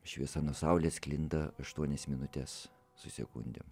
šviesa nuo saulės sklinda aštuonias minutes su sekundėm